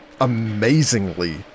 amazingly